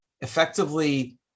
effectively